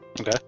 Okay